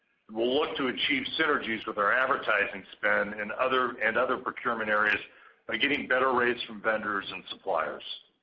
will look to achieve synergies with our advertising spend and other and other procurement areas are getting better rates from vendors and suppliers.